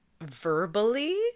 verbally